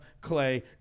Clay